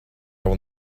will